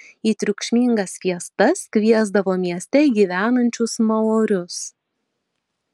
į triukšmingas fiestas kviesdavo mieste gyvenančius maorius